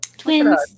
twins